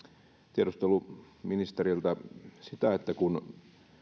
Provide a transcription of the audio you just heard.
tiedustellut ministeriltä sitä että kun